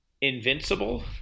Invincible